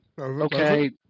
Okay